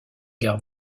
gare